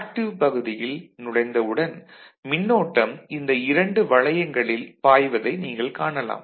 active பகுதியில் நழைந்தவுடன் மின்னோட்டம் இந்த இரண்டு வளையங்களில் பாய்வதை நீங்கள் காணலாம்